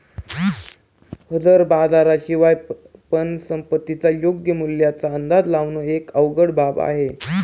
हजर बाजारा शिवाय पण संपत्तीच्या योग्य मूल्याचा अंदाज लावण एक अवघड बाब होईल